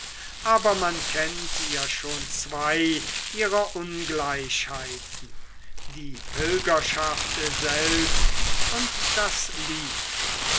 aber man kennt ja schon zwei ihrer ungleichheiten die pilgerschaft selbst und das lied